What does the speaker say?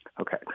Okay